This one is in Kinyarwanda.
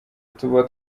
tuba